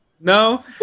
No